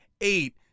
eight